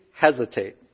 hesitate